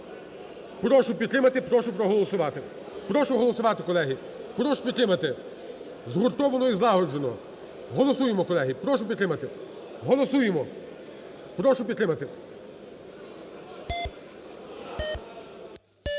Прошу підтримати, прошу проголосувати. Прошу голосувати, колеги, прошу підтримати, згуртовано і злагоджено голосуємо, колеги, прошу підтримати. Голосуємо, прошу підтримати.